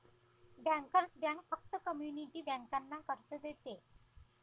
bankers bank फक्त community बँकांना कर्ज देते